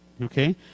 okay